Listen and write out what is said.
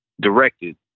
directed